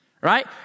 right